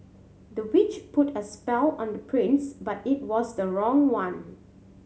the witch put a spell on the prince but it was the wrong one